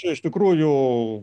iš tikrųjų